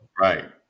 Right